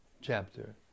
chapter